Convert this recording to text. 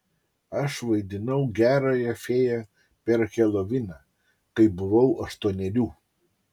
aš vaidinau gerąją fėją per heloviną kai buvau aštuonerių